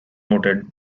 noted